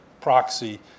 proxy